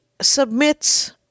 submits